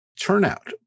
turnout